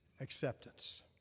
acceptance